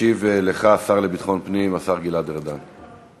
ישיב לך השר לביטחון פנים, השר גלעד ארדן.